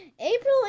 April